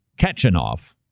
Kachanov